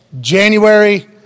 January